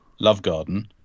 Lovegarden